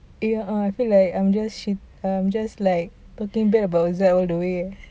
ya I feel like I'm just I'm just like talking bad about that all the way